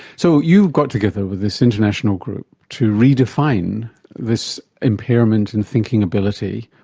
so you got together with this international group to redefine this impairment and thinking ability.